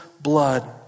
blood